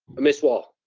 miss wall.